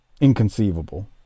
inconceivable